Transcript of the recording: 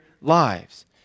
lives